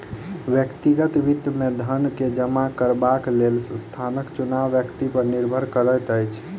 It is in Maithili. व्यक्तिगत वित्त मे धन के जमा करबाक लेल स्थानक चुनाव व्यक्ति पर निर्भर करैत अछि